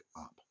up